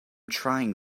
trying